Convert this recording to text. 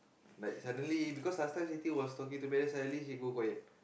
like suddenly because last night Siti was talking to me then suddenly she go quiet